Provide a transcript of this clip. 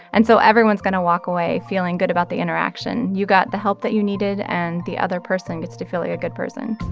and so everyone's going to walk away feeling good about the interaction. you got the help that you needed, and the other person gets to feel like a good person